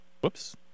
Whoops